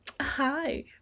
hi